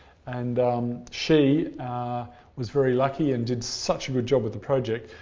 and she was very lucky and did such a good job with the project,